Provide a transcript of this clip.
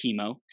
chemo